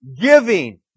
Giving